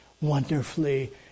wonderfully